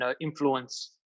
influence